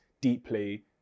deeply